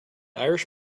irish